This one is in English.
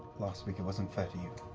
last week. it wasn't fair to you.